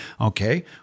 Okay